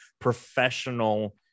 professional